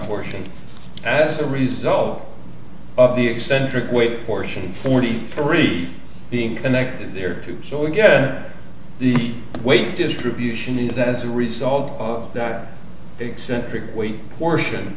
change as a result of the eccentric weight portion forty three being connected there too so again the weight distribution is as a result of that